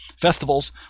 festivals